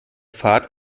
fahrt